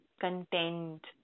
content